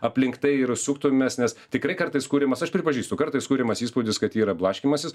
aplink tai ir suktumėmės nes tikrai kartais kuriamas aš pripažįstu kartais kuriamas įspūdis kad yra blaškymasis